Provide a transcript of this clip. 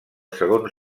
segon